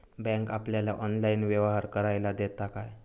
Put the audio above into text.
Bank आपल्याला online व्यवहार करायला देता काय?